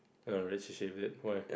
no relationship is it why